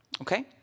Okay